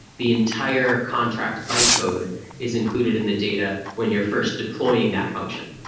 the entire contract byte code is included in the data when you're first deploying that function.